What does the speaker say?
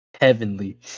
heavenly